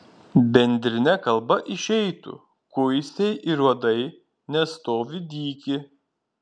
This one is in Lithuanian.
bendrine kalba išeitų kuisiai ir uodai nestovi dyki